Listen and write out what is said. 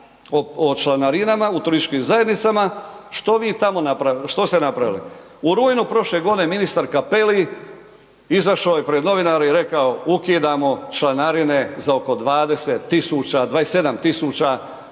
o članarinama u turističkim zajednicama, što ste napravili? U rujnu prošle godine ministar Cappelli izašao je pred novinare i rekao ukidamo članarine za oko 20 000, 27 000